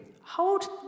hold